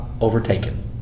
overtaken